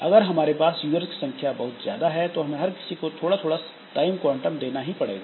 अगर हमारे पास यूजर्स की संख्या बहुत ज्यादा है तो हमें हर किसी को थोड़ा थोड़ा टाइम क्वांटम ही देना पड़ेगा